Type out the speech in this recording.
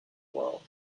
world